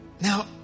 Now